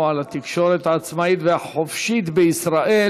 על התקשורת העצמאית והחופשית בישראל,